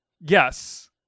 Yes